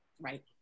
Right